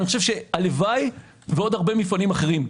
הלוואי שעוד הרבה מפעלים אחרים,